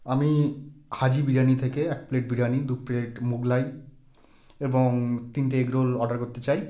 আমি হাজি বিরিয়ানি থেকে এক প্লেট বিরিয়ানি দু প্লেট মোগলাই এবং তিনটে এগ রোল অর্ডার করতে চাই